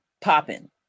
popping